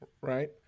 Right